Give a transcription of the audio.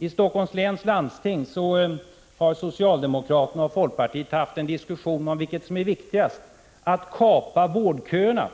I Helsingforss läns landsting har socialdemokraterna och folkpartiet haft en diskussion om vilket som är viktigast, att kapa vårdköerna